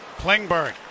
Klingberg